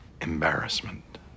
embarrassment